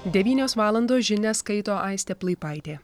devynios valandos žinias skaito aistė plaipaitė